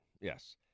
yes